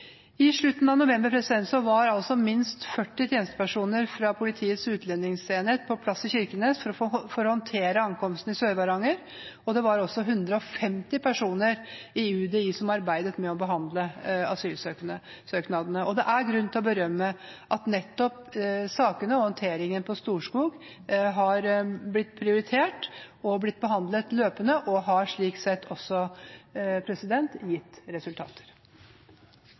I slutten av november var minst 40 tjenestepersoner fra Politiets utlendingsenhet på plass i Kirkenes for å håndtere ankomstene i Sør-Varanger, og det var 150 personer i UDI som arbeidet med å behandle asylsøknader. Det er grunn til å berømme at nettopp sakene og håndteringen på Storskog har blitt prioritert og løpende behandlet, og at det slik sett også har gitt resultater.